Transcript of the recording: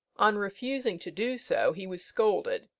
on refusing to do so, he was scolded,